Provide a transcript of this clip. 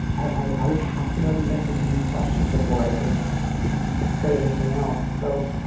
i i would have to know the answer to these questions before i could say anything else. so,